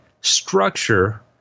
structure